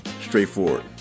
straightforward